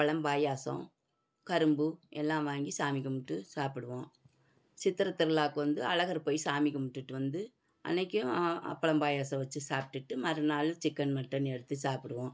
அப்பளம் பாயசம் கரும்பு எல்லாம் வாங்கி சாமி கும்பிட்டு சாப்பிடுவோம் சித்திரை திருவிழாவுக்கு வந்து அழகர் போய் சாமி கும்பிட்டுட்டு வந்து அன்றைக்கியும் அப்பளம் பாயசம் வச்சு சாப்பிட்டுட்டு மறுநாள் சிக்கன் மட்டன் எடுத்து சாப்பிடுவோம்